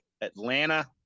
Atlanta